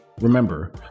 Remember